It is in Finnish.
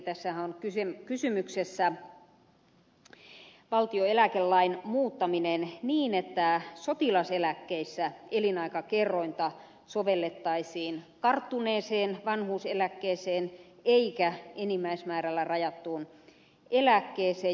tässähän on kysymyksessä valtion eläkelain muuttaminen niin että sotilaseläkkeissä elinaikakerrointa sovellettaisiin karttuneeseen vanhuuseläkkeeseen eikä enimmäismäärällä rajattuun eläkkeeseen